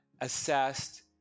assessed